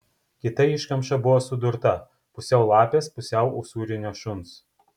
kita iškamša buvo sudurta pusiau lapės pusiau usūrinio šuns